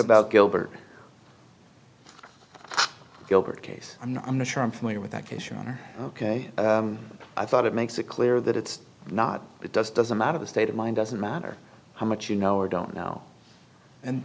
about gilbert gilbert case and i'm not sure i'm familiar with that case your honor ok i thought it makes it clear that it's not it does doesn't matter the state of mind doesn't matter how much you know or don't now and